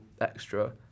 extra